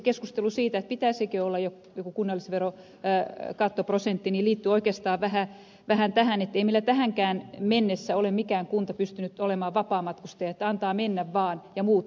keskustelu siitä pitäisikö olla joku kunnallisverokattoprosentti liittyy oikeastaan vähän tähän että ei meillä tähänkään mennessä mikään kunta ole pystynyt olemaan vapaamatkustaja että antaa mennä vaan ja muut maksavat